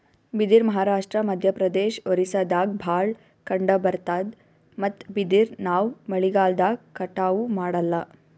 ಬಿದಿರ್ ಮಹಾರಾಷ್ಟ್ರ, ಮಧ್ಯಪ್ರದೇಶ್, ಒರಿಸ್ಸಾದಾಗ್ ಭಾಳ್ ಕಂಡಬರ್ತಾದ್ ಮತ್ತ್ ಬಿದಿರ್ ನಾವ್ ಮಳಿಗಾಲ್ದಾಗ್ ಕಟಾವು ಮಾಡಲ್ಲ